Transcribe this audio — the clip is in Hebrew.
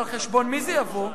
על חשבון מי זה יבוא?